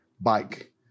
bike